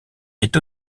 est